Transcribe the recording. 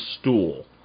stool